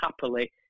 happily